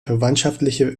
verwandtschaftliche